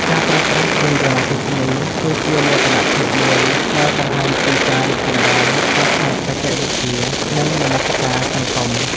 ការប្រើប្រាស់យានយន្តអគ្គិសនីគឺជាមោទនភាពមួយដែលបង្ហាញពីការរីកចម្រើនខាងផ្នែកបច្ចេកវិទ្យានិងមនសិការសង្គម។